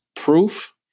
proof